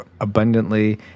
abundantly